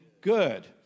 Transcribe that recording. good